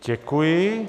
Děkuji.